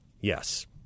Yes